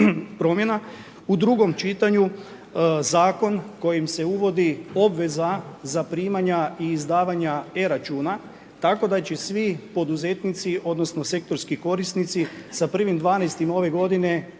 u drugom čitanju zakon kojim se uvodi obveza zaprimanja i izdavanja e-računa. Tako da će svi poduzetnici, odnosno sektorski korisnici sa 1.12. ove godine